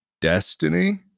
destiny